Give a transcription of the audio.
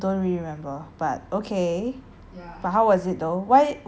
but how was it though why why do you even go like ma~ manilla in the first place